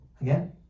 Again